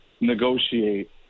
negotiate